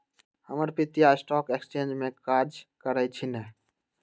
हमर पितिया stock exchange में काज करइ छिन्ह